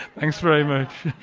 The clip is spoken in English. thanks very much.